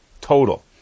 total